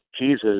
Jesus